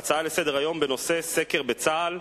הצעה לסדר-היום בנושא סקר בצה"ל: